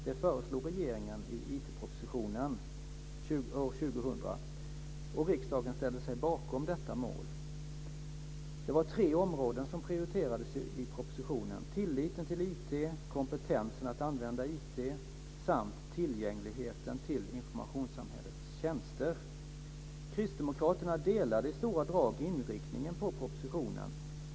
Det föreslog regeringen i IT-propositionen år 2000, och riksdagen ställde sig bakom detta mål. I propositionen prioriterades tre områden: tilliten till IT, kompetensen att använda IT samt tillgängligheten till informationssamhällets tjänster. Kristdemokraterna delade i stora drag inriktningen i propositionen.